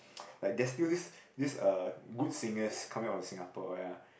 like there's still this this uh good singers coming out from Singapore ya